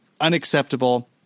unacceptable